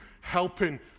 helping